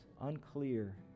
unclear